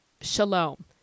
shalom